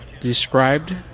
described